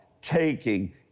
taking